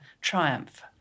triumph